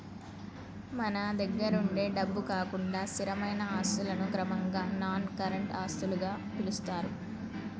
మన దగ్గరుండే డబ్బు కాకుండా స్థిరమైన ఆస్తులను క్రమంగా నాన్ కరెంట్ ఆస్తులుగా పిలుత్తారు